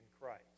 Christ